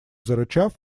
зарычав